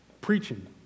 preaching